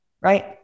right